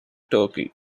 turkey